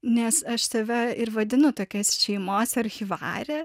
nes aš save ir vadinu tokias šeimos archyvarė